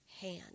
hand